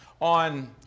on